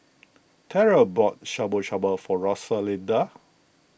Terrell bought Shabu Shabu for Rosalinda